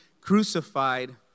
crucified